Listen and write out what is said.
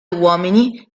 uomini